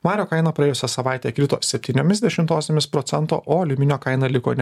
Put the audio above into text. vario kaina praėjusią savaitę krito septyniomis dešimtosiomis procento o aliuminio kaina liko ne